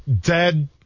dead